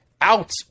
Out